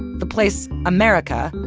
the place america,